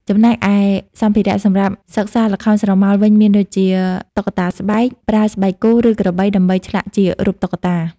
ចំំណែកឯសម្ភារៈសម្រាប់សិក្សាល្ខោនស្រមោលវិញមានដូចជា តុក្កតាស្បែក ប្រើស្បែកគោ ឬក្របី ដើម្បីឆ្លាក់ជារូបតុក្កតា។